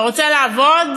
אתה רוצה לעבוד?